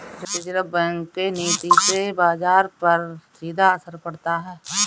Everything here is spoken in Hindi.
रिज़र्व बैंक के नीति से बाजार पर सीधा असर पड़ता है